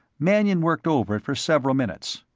mannion worked over it for several minutes.